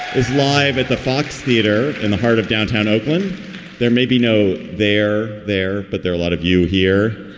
is live at the fox theater in the heart of downtown oakland there may be no there there, but there are a lot of you here.